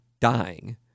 dying